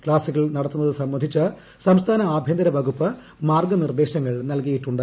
ക്സാസ്സുകൾ നടത്തുന്നത് സംബന്ധിച്ച് സംസ്ഥാന ആഭ്യന്തര വകുപ്പ് മാർഗ്ഗ നിർദ്ദേശങ്ങൾ നൽകിയിട്ടുണ്ട്